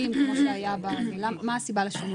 בגלל נקודות הזיכוי שיש